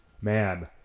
man